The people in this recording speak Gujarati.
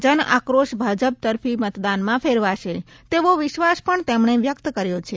જનઆક્રોશ ભાજપ તરફી મતદાનમાં ફેરવાશે તેવો વિશ્વાસ પણ તેમણે વ્યક્ત કર્યો છે